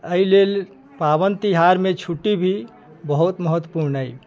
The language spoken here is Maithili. एहि लेल पाबनि तिहारमे छुट्टी भी बहुत महत्वपूर्ण अछि